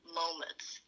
moments